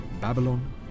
Babylon